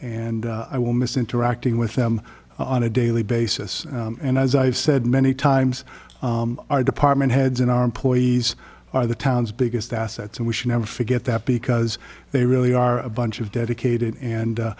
and i will miss interacting with them on a daily basis and as i've said many times our department heads in our employees are the town's biggest assets and we should never forget that because they really are a bunch of dedicated and